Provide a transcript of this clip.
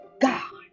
God